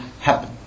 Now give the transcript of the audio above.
happen